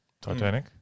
Titanic